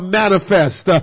manifest